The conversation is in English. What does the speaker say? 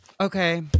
okay